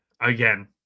again